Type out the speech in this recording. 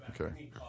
Okay